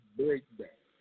breakdown